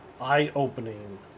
eye-opening